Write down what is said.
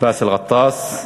באסל גטאס.